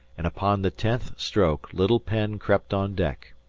and upon the tenth stroke little penn crept on deck.